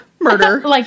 Murder